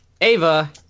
Ava